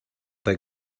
they